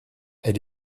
elle